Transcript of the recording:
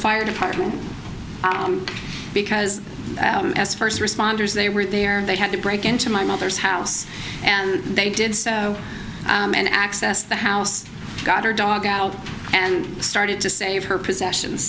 fire department because as first responders they were there they had to break into my mother's house and they did so and access the house got her dog out and started to save her possessions